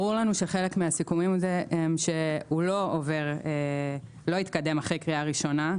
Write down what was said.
ברור לנו שחלק מהסיכומים זה שהיא לא תתקדם אחרי הקריאה הראשונה.